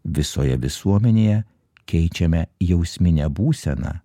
visoje visuomenėje keičiame jausminę būseną